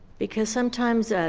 because sometimes